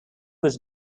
was